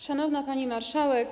Szanowna Pani Marszałek!